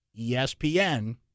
ESPN